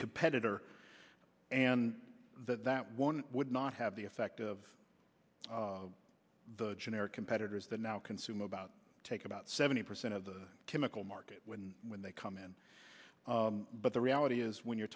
competitor and that one would not have the effect of the generic competitors that now consume about take about seventy percent of the chemical market when they come in but the reality is when you're